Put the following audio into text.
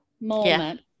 moment